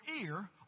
ear